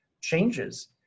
changes